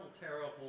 terrible